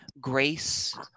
grace